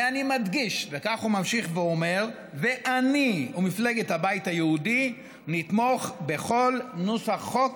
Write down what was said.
וכך הוא ממשיך ואומר: "אני ומפלגת הבית היהודי נתמוך בכל נוסח חוק